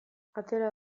atera